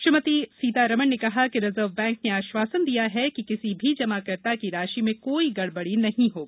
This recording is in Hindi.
श्रीमती सीतारमण ने कहा कि रिजर्व बैंक ने आश्वासन दिया है कि किसी भी जमाकर्ता की राशि में कोई गडबड़ी नहीं होगी